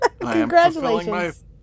Congratulations